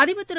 அதிபர் திரு